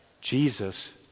Jesus